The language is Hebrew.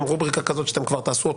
רובריקה כזאת שאתם כבר תעשו אוטומטית,